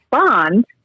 respond